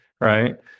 right